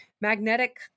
magnetic